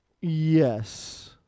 Yes